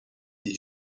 des